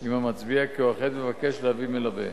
עם המצביע כי הוא אכן מבקש להביא מלווה.